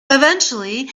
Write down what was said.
eventually